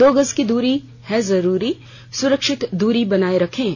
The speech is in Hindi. दो गज की दूरी है जरूरी सुरक्षित दूरी बनाए रखें